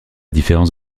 différence